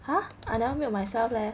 ha I never mute myself leh